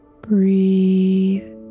Breathe